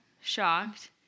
shocked